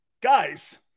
Guys